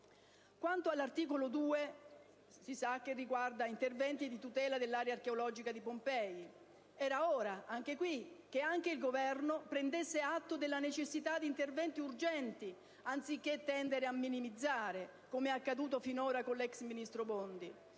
L'articolo 2 riguarda poi interventi di tutela dell'area archeologica di Pompei. Era ora che anche il Governo prendesse atto della necessità di interventi urgenti anziché tendere a minimizzare, come è accaduto finora con l'ex ministro Bondi.